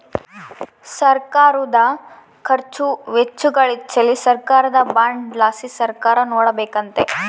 ಸರ್ಕಾರುದ ಖರ್ಚು ವೆಚ್ಚಗಳಿಚ್ಚೆಲಿ ಸರ್ಕಾರದ ಬಾಂಡ್ ಲಾಸಿ ಸರ್ಕಾರ ನೋಡಿಕೆಂಬಕತ್ತತೆ